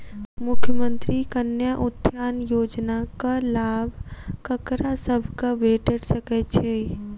मुख्यमंत्री कन्या उत्थान योजना कऽ लाभ ककरा सभक भेट सकय छई?